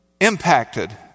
impacted